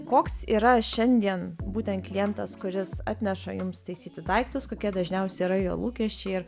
koks yra šiandien būtent klientas kuris atneša jums taisyti daiktus kokie dažniausiai yra jo lūkesčiai ir